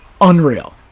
unreal